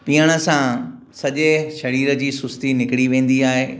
पीअण सां सॼे सरीर जी सुस्ती निकिरी वेंदी आहे